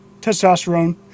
testosterone